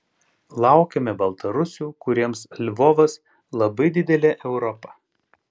laukiame baltarusių kuriems lvovas labai didelė europa